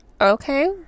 okay